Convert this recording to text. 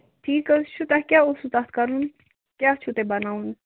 ٹھیٖک حظ چھُ تۄہہِ کیٛاہ اوسوٕ تَتھ کَرُن کیٛاہ چھُو تۄہہِ بَناوُن